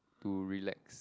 to relax